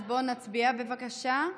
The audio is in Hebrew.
בואו נצביע, בבקשה.